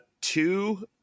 two